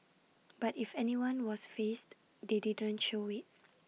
but if anyone was fazed they didn't show IT